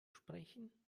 sprechen